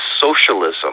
socialism